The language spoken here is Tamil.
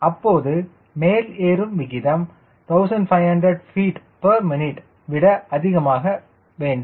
அப்போது மேல் ஏறும் விகிதம் 1500 ftmin விட அதிகமாக வேண்டும்